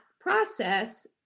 process